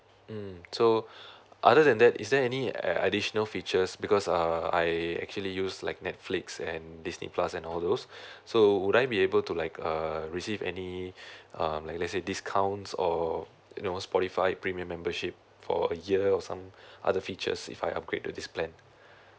mm so other than that is there any additional features because um I actually use like Netflix and Disney plus and all those so would I be able to like err receive any um like let's say discounts or you know Spotify premium membership for a year or some other features if I upgrade to this plan